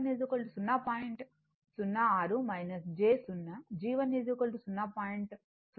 0 6 j 0 g 1 0